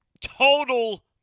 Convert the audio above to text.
total